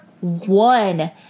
one